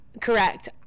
correct